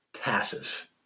passive